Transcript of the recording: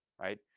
right